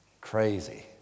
crazy